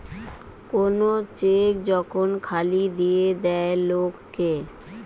কোন চেক যখন খালি দিয়ে দেয় লোক কে